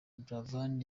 buravan